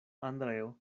andreo